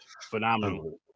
phenomenal